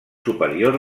superior